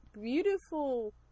beautiful